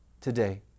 today